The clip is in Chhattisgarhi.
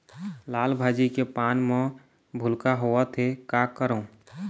लाल भाजी के पान म भूलका होवथे, का करों?